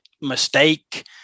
mistake